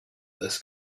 this